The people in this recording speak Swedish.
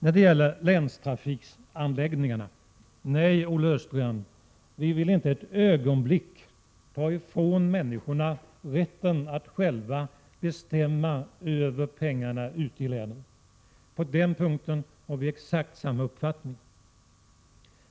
Beträffande länstrafikanläggningarna: Nej, Olle Östrand, vi vill inte ett ögonblick ta ifrån människorna ute i länen rätten att själva bestämma över pengarna. På den punkten har vi exakt samma uppfattning.